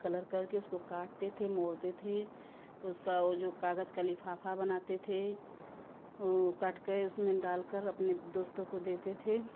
colour करके उसको काटते थे मोड़ते थे उसका वह जो कागज़ का लिफाफा बनाते थे ओ काटकर उसमें डालकर अपने दोस्तों को देते थे